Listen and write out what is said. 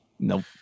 Nope